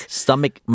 stomach